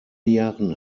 jahren